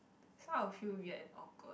some will feel weird and awkward